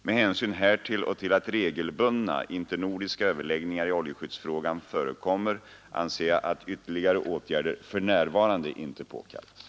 Med hänsyn härtill och till att regelbundna internordiska överläggningar i oljeskyddsfrågan förekommer, anser jag att ytterligare åtgärder för närvarande inte är påkallade.